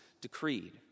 decreed